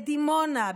בדימונה,